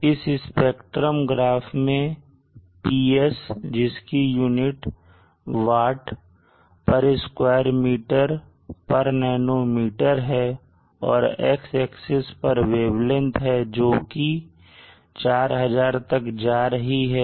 इस स्पेक्ट्रम के ग्राफ में PS जिसकी unit watt square metre nanometre है और X एक्सिस पर वेवलेंथ है जो कि 4000 तक जा रही है